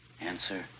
Answer